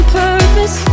purpose